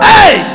Hey